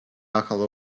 ახალ